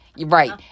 Right